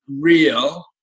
real